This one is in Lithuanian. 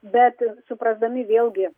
bet suprasdami vėlgi